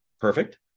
perfect